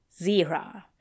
Zira